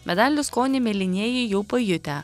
medalių skonį mėlynieji jau pajutę